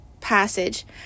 passage